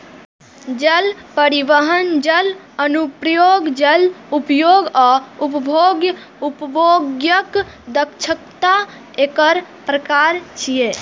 जल परिवहन, जल अनुप्रयोग, जल उपयोग आ उपभोग्य उपयोगक दक्षता एकर प्रकार छियै